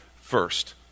first